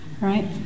Right